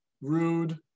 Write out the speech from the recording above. Rude